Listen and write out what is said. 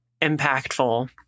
impactful